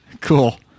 Cool